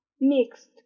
mixed